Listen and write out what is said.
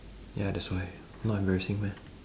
yeah that's why not embarrassing meh